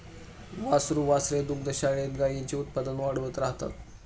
वासरू वासरे दुग्धशाळेतील गाईंचे उत्पादन वाढवत राहतात